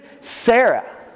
Sarah